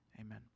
Amen